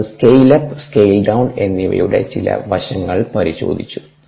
തുടർന്ന് scale up scale down എന്നിവയുടെ ചില വശങ്ങൾ പരിശോധിച്ചു